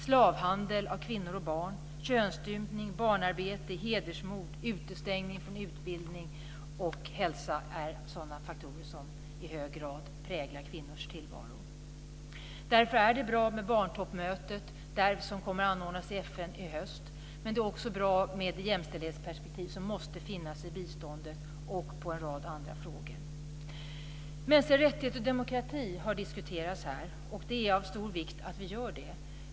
Slavhandel med kvinnor och barn, könsstympning, barnarbete, hedersmord, utestängning från utbildning och hälsa är sådana faktorer som i hög grad präglar kvinnors tillvaro. Därför är det bra med barntoppmötet som kommer att anordnas av FN i höst. Men det är också bra med jämställdhetsperspektiv, som måste finnas i biståndet och inom en rad andra frågor. Mänskliga rättigheter och demokrati har diskuterats här. Det är av stor vikt att vi gör det.